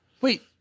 Wait